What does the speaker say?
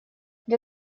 для